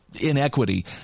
inequity